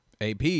AP